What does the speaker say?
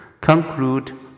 Conclude